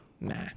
Nah